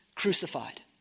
crucified